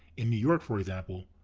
in new york, for example,